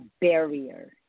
barrier